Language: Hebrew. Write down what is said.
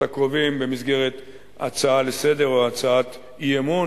הקרובים במסגרת הצעה לסדר-היום או הצעת אי-אמון,